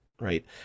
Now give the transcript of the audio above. right